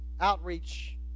outreach